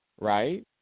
Right